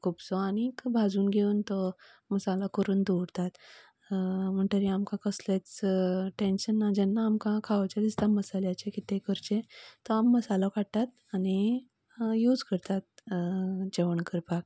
खुबसो आनीक भाजून घेवन तो मसालो करून दवरतात म्हणटरी आमकां कसलेच टॅन्शन ना जेन्ना आमकां खावचें दिसता मसाल्याचें कितें करचें तो आमी मसालो काडटात आनी यूझ करतात जेवण करपाक